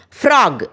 frog